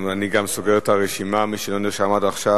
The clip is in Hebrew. אני גם סוגר את הרשימה, מי שלא נרשם עד עכשיו.